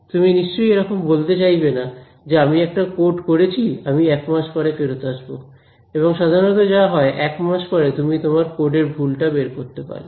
তুমি নিশ্চয়ই এরকম বলতে চাইবে না যে আমি এটা কোড করেছি আমি একমাস পরে ফেরত আসবো এবং সাধারণত যা হয় একমাস পরে তুমি তোমার কোডের ভুলটা বের করতে পারলে